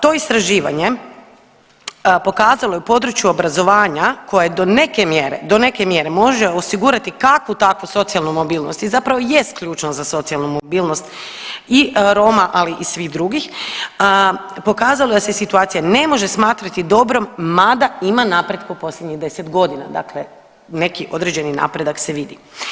To istraživanje pokazalo je u području obrazovanja koje do neke mjere, do neke mjere može osigurati kakvu takvu socijalnu mobilnost i zapravo jest ključno za socijalnu mobilnost i Roma, ali i svih drugih, pokazalo je da se situacija ne može smatrati dobrom mada ima napretka u posljednjih 10 godina, dakle neki određeni napredak se vidi.